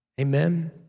Amen